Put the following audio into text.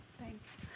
Thanks